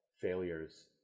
failures